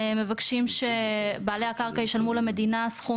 מבקשים שבעלי הקרקע ישלמו למדינה סכום